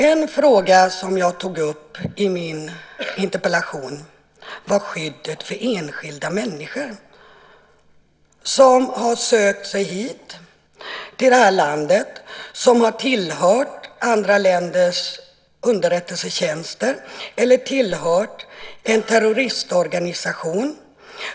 En fråga som jag tog upp i min interpellation gällde skyddet för enskilda människor som har sökt sig hit till landet och som har tillhört andra länders underrättelsetjänster eller en terroristorganisation.